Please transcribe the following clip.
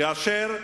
כאשר אומרים: